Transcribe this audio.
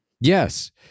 yes